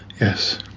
Yes